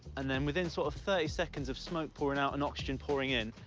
and then within sort of thirty seconds of smoke pouring out and oxygen pouring in,